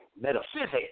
metaphysics